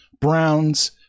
Browns